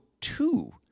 two